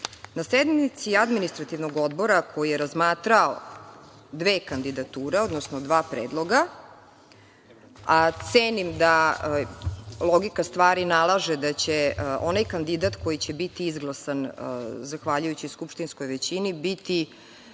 sednici Administrativnog odbora, koji je razmatrao dve kandidature, odnosno dva predloga, a cenim da logika stvari nalaže da će onaj kandidat koji će biti izglasan, zahvaljujući skupštinskoj većini, biti